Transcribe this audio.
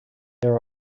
there